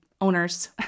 owners